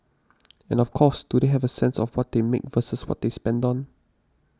and of course do they have a sense of what they make versus what they spend on